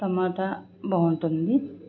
tomato బాటుంది